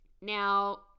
Now